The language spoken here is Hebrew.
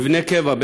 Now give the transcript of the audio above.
מבנה קבע,